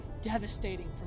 devastating